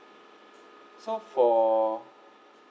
so for